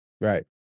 right